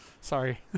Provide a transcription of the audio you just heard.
Sorry